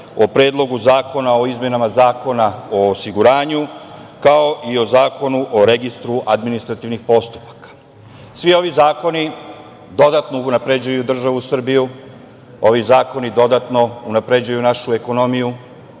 o Predlogu zakona o izmenama Zakona o osiguranju, kao i o Zakonu o registru administrativnih postupaka. Svi ovi zakoni dodatno unapređuju državu Srbiju. Ovi zakoni dodatno unapređuju našu ekonomiju,